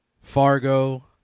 fargo